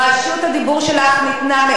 יש לי רשות דיבור, למה את מתווכחת אתי?